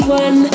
one